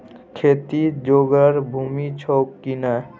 खेती जोगर भूमि छौ की नै?